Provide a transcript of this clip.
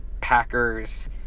Packers